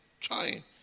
Trying